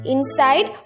Inside